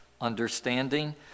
understanding